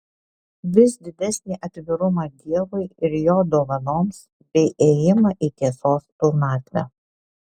vis didesnį atvirumą dievui ir jo dovanoms bei ėjimą į tiesos pilnatvę